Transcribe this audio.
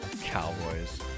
Cowboys